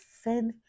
send